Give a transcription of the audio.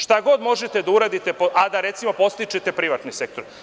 Šta god možete da uradite, a da recimo podstičete privatni sektor.